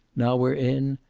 now we're in,